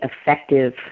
effective